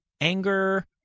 anger